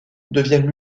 devient